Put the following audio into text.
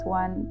one